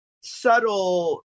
subtle